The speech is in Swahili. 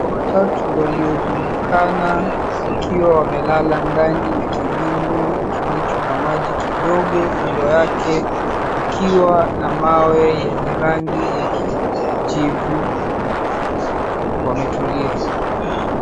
Watatu waliozungukana wakiwa wamelala ndani ya kidimbwi kilicho na maji kidogo kando yake kukiwa na mawe yenye rangi ya kijivu wametulia.